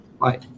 Bye